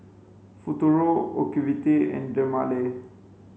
Futuro Ocuvite and Dermale